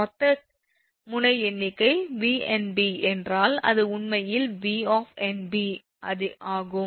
மொத்த முனை எண்ணிக்கை 𝑉𝑁𝐵 என்றால் அது உண்மையில் 𝑉 𝑁𝐵 ஆகும்